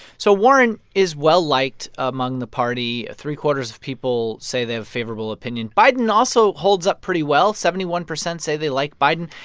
so warren is well-liked among the party. three quarters of people say they have a favorable opinion. biden also holds up pretty well, seventy one percent say they like biden.